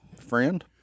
friend